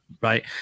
right